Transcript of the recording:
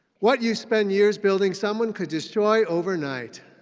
what you spend years building, someone could destroy overnight.